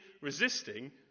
resisting